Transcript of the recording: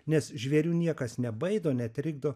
nes žvėrių niekas nebaido netrikdo